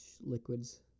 liquids